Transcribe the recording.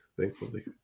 thankfully